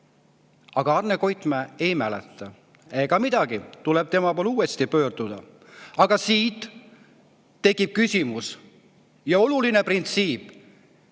Aga Arne Koitmäe ei mäleta. Ega midagi, tuleb tema poole uuesti pöörduda. Aga siit tekib küsimus ja oluline printsiip: